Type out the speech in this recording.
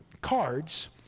cards